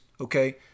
okay